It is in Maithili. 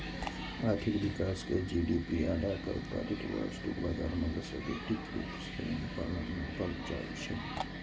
आर्थिक विकास कें जी.डी.पी आधार पर उत्पादित वस्तुक बाजार मूल्य मे वृद्धिक रूप मे नापल जाइ छै